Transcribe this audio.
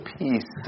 peace